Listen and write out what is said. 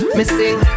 Missing